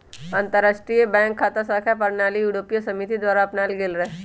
अंतरराष्ट्रीय बैंक खता संख्या प्रणाली यूरोपीय समिति द्वारा अपनायल गेल रहै